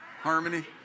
Harmony